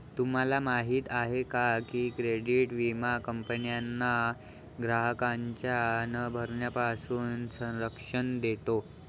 तुम्हाला माहिती आहे का की क्रेडिट विमा कंपन्यांना ग्राहकांच्या न भरण्यापासून संरक्षण देतो